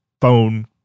phone